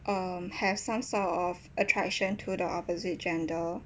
um have some sort of attraction to the opposite gender